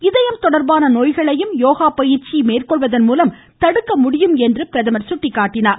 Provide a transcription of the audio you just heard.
இதயம் தொடர்பான நோய்களையும் யோகா பயிற்சி மேற்கொள்வதன் மூலம் தடுக்க முடியும் என்று குறிப்பிட்டார்